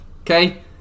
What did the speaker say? Okay